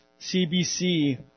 CBC